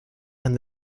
and